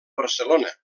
barcelona